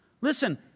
Listen